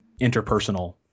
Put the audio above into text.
interpersonal